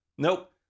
Nope